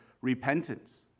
repentance